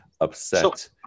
upset